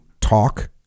talk